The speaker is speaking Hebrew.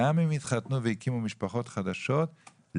גם אם התחתנו והקימו משפחות חדשות,